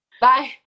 Bye